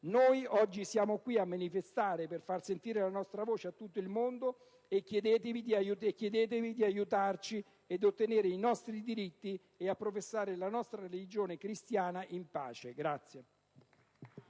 Noi oggi stiamo qui a manifestare per far sentire la nostra voce a tutto il mondo e chiedervi di aiutarci ad ottenere i nostri diritti e a poter professare la nostra religione cristiana in pace».